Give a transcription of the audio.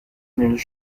news